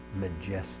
majestic